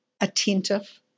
Attentive